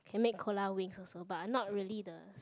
can make Cola wings also but not really the